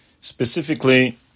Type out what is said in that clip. specifically